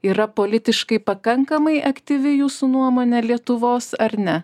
yra politiškai pakankamai aktyvi jūsų nuomone lietuvos ar ne